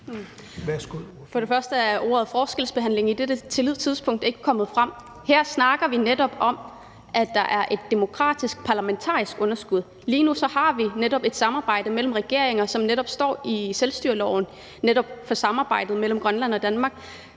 Høegh-Dam (SIU): Ordet forskelsbehandling er på dette tidlige tidspunkt ikke kommet frem. Her snakker vi om, at der er et demokratisk parlamentarisk underskud. Lige nu har vi et samarbejde mellem regeringer, som der står i selvstyreloven om netop samarbejdet mellem Grønland og Danmark.